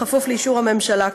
כפוף לאישור הממשלה,